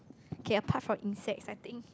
okay apart from insects I think